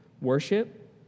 Worship